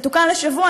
זה תוקן לשבוע.